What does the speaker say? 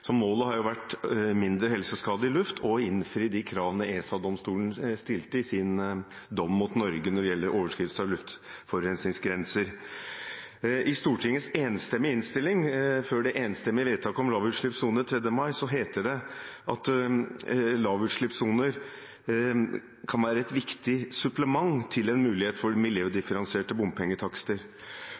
Målet har vært mindre helseskadelig luft og å innfri de kravene ESA-domstolen stilte i sin dom mot Norge når det gjelder overskridelse av luftforurensningsgrenser. I Stortingets enstemmige innstilling før det enstemmige vedtaket om lavutslippssoner 3. mai heter det at lavutslippssoner kan være «et viktig supplement til en mulighet for miljødifferensierte bompengetakster».